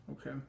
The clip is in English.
Okay